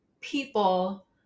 people